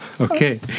Okay